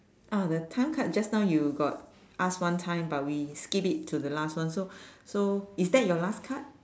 ah the time card just now you got ask one time but we skip it to the last one so so is that your last card